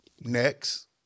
Next